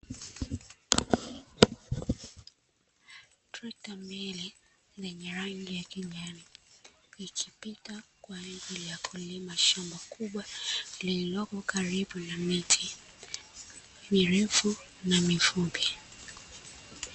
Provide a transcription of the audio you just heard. Treckta mbili zenye rangi ya kijani zikipita kwa ajili ya kulima shamba kubwa, lililopo karibu na miti virefu na mifupi.